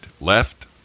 left